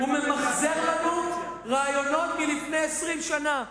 הוא ממחזר לנו רעיונות מלפני 20 שנה,